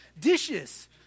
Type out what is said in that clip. Dishes